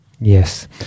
Yes